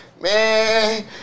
Man